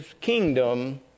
kingdom